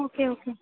okay okay